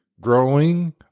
growing